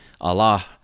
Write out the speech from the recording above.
Allah